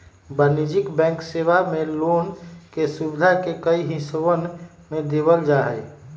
वाणिज्यिक बैंक सेवा मे लोन के सुविधा के कई हिस्सवन में देवल जाहई